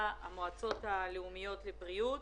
המועצות הלאומיות לבריאות,